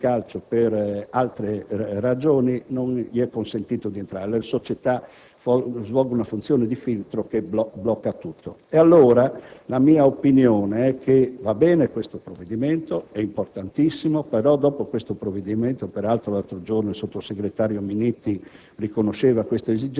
se uno è un delinquente e vuole usare il fenomeno sportivo del calcio per altre ragioni, non gli è consentito di entrare. Le società svolgono una funzione di filtro, che blocca tutto. Allora, la mia opinione è che questo provvedimento è positivo ed importantissimo; però dopo questo provvedimento,